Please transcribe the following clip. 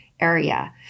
Area